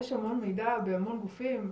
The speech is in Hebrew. יש המון מידע בהמון גופים.